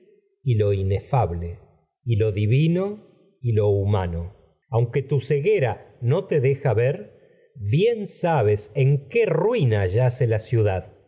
y lo lo divino lo aunque tu yace ceguera te deja ver bien sabes no en qué ruina pueda no la ciudad